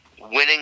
Winning